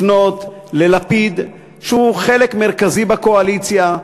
לפנות ללפיד, שהוא חלק מרכזי בקואליציה.